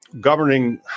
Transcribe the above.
governing